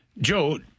Joe